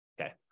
Okay